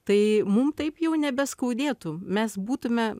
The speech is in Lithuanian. tai mum taip jau nebeskaudėtų mes būtume